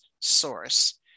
source